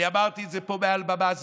אני אמרתי את זה פה מעל במה זו,